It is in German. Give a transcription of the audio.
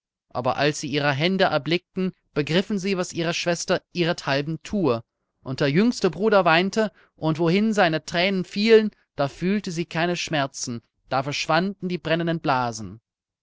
aber als sie ihre hände erblickten begriffen sie was ihre schwester ihrethalben thue und der jüngste bruder weinte und wohin seine thränen fielen da fühlte sie keine schmerzen da verschwanden die brennenden blasen